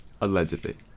Allegedly